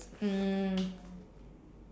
um